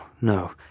no